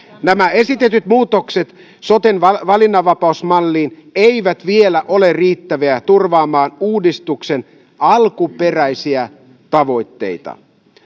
nämä esitetyt muutokset soten valinnanvapausmalliin eivät vielä ole riittäviä turvaamaan uudistuksen alkuperäisiä tavoitteita